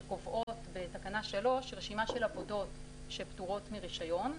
שקובעות בתקנה 3 רשימה של עבודות שפטורות מרישיון,